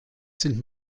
sind